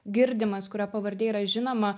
girdimas kurio pavardė yra žinoma